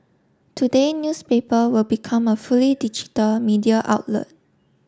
today newspaper will become a fully digital media outlet